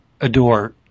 adore